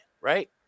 right